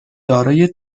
دارای